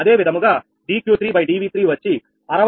అదే విధముగా dQ3 dV3 వచ్చి 60